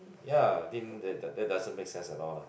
ya think that that doesn't make sense at all lah